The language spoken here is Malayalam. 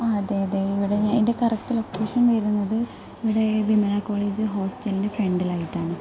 ആ അതെ അതെ ഇവിടെ എൻ്റെ കറക്റ്റ് ലൊക്കേഷൻ വരുന്നത് ഇവിടെ വിമലാ കോളേജ് ഹോസ്റ്റലിൻ്റെ ഫ്രണ്ടിലായിട്ടാണ്